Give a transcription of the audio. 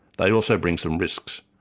they also bring some risks.